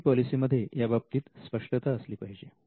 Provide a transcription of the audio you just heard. I P पॉलिसीमध्ये याबाबतीत स्पष्टता असली पाहिजे